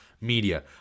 Media